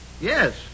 Yes